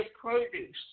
produce